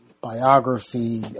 biography